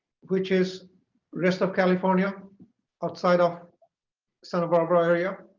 which is rest of california outside of santa barbara area